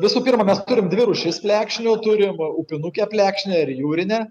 visų pirma mes turime dvi rūšis plekšnių turim upinukę plekšnę ir jūrinę